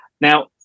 Now